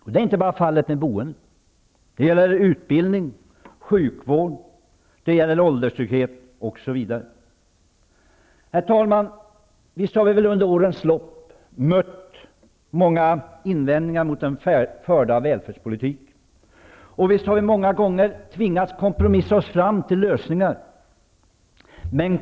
Detta är fallet inte bara med boendet, utan det gäller utbildning, sjukvård, ålderstrygghet, osv. Herr talman! Visst har vi under årens lopp mött många invändningar mot den förda välfärdspolitiken, och visst har vi många gånger tvingats kompromissa oss fram till lösningar.